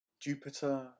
Jupiter